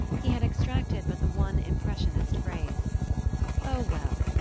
he had extracted but the one impressionist phrase oh, well,